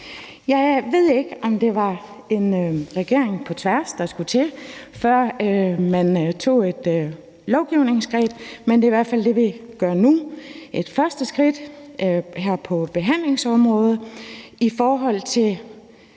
Jeg ved ikke, om det var en regering på tværs, der skulle til, før man tog et lovgivningsgreb, men det er i hvert fald det, vi gør nu, altså et første skridt her på behandlingsområdet i forhold til